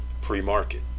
pre-market